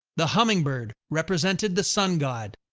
the hummingbird represented the sun god,